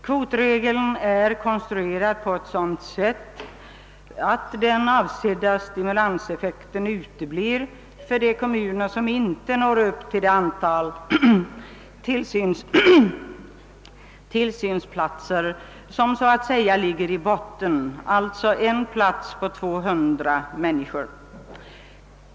Kvotregeln är konstruerad på ett sådant sätt att den avsedda stimulanseffekten uteblir för de kommuner som inte når upp till det antal tillsynsplatser som, så att säga, ligger i botten, alltså en plats på 200 människor.